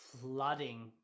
flooding